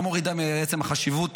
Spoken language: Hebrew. וכל תגובה שלא תהיה לא מורידה מעצם החשיבות